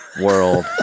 world